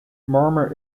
murmur